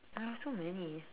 I have so many